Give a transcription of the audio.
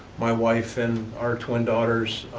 my wife and our twin daughters,